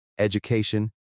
education